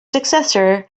successor